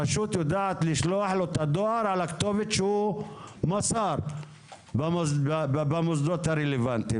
הרשות יודעת לשלוח לו את הדואר לכתובת שהוא מסר במוסדות הרלוונטיים